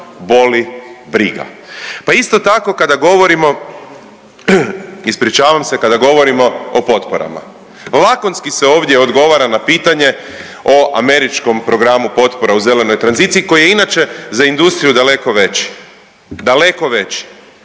Pa isto tako kada govorimo, ispričavam se kada govorimo o potporama. Lakonski se ovdje odgovara na pitanje o američkom programu potpore u zelenoj tranziciji koji je inače za industriju daleko veći, daleko veći.